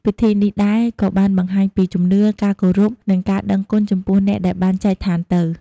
ពិធីនេះដែរក៏បានបង្ហាញពីជំនឿ ការគោរព និងការដឹងគុណចំពោះអ្នកដែលបានចែកឋានទៅ។